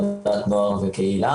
אותנו לכל החודש ובאופן כללי לעשייה